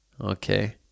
Okay